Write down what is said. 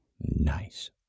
Nice